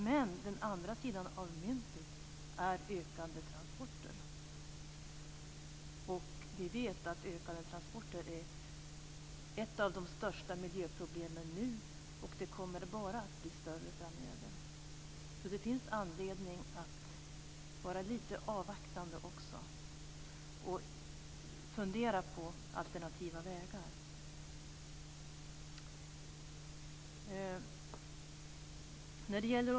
Men den andra sidan av myntet är ökande transporter. Vi vet att ökande transporter är ett av de största miljöproblemen nu och att det bara kommer att bli större framöver. Så det finns anledning att vara lite avvaktande också och fundera på alternativa vägar.